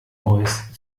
voice